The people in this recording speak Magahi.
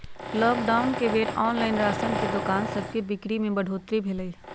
लॉकडाउन के बेर ऑनलाइन राशन के दोकान सभके बिक्री में बढ़ोतरी भेल हइ